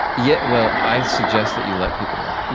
yeah well, i suggest that you let people know.